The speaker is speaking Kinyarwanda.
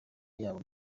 yabo